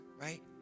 right